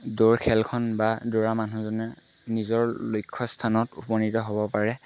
দৌৰ খেলখন বা দৌৰা মানুহজনে নিজৰ লক্ষ্য স্থানত উপনীত হ'ব পাৰে